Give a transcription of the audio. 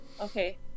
okay